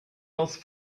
else